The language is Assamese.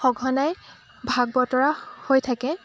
সঘনাই ভাগ বতৰা হৈ থাকে